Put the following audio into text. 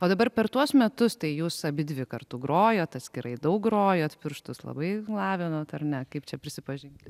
o dabar per tuos metus tai jūs abidvi kartu grojote atskirai daug grojot pirštus labai lavinot ar ne kaip čia prisipažinkit